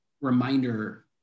reminder